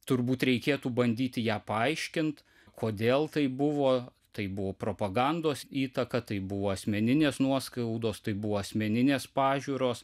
turbūt reikėtų bandyti ją paaiškint kodėl taip buvo tai buvo propagandos įtaka tai buvo asmeninės nuoskaudos tai buvo asmeninės pažiūros